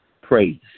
praise